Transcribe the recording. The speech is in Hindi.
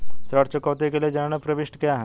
ऋण चुकौती के लिए जनरल प्रविष्टि क्या है?